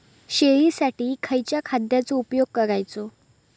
शेळीसाठी खयच्या खाद्यांचो उपयोग करायचो?